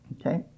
Okay